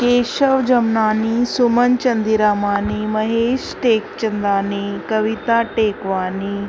Keshav Jamnani Suman Chandirmani Mahesh Tekchandani Kavita Tekwani